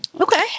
Okay